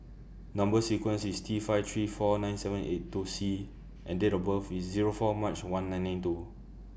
Number sequence IS T five three four nine seven eight two C and Date of birth IS Zero four March one nine nine two